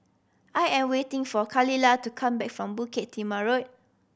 I am waiting for Khalilah to come back from Bukit Timah Road